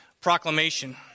proclamation